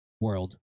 world